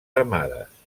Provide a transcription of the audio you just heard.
armades